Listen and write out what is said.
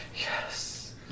Yes